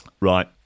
Right